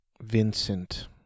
Vincent